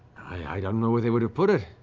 i don't know where they would have put it.